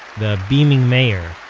the beaming mayor,